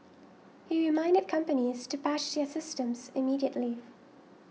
he reminded companies to patch their systems immediately